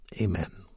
Amen